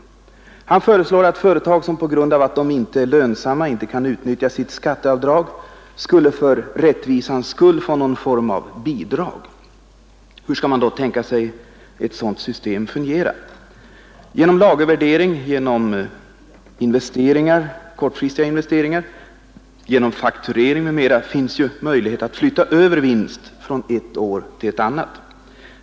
Motionärerna föreslår att företag som inte kan utnyttja sitt skatteavdrag, på grund av att de inte är lönsamma, för rättvisans skull bör få någon form av bidrag. Hur skall man tänka sig att ett sådant system skall fungera? Det finns ju möjlighet att genom lagervärdering, genom kortfristiga investeringar och genom faktureringar flytta över vinst från ett år till ett annat.